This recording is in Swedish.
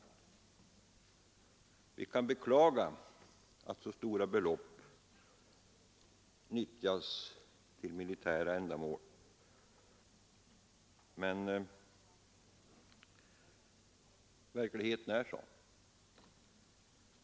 Vi kan beklaga att så stora belopp nyttjas till militära ändamål, men verkligheten är sådan.